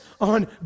on